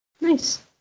Nice